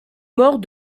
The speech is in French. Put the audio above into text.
mort